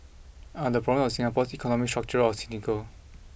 are the problems of Singapore's economy structural or cynical